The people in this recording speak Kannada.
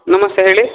ನಮಸ್ತೆ ಹೇಳಿ